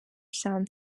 sound